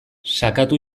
sakatu